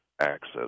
access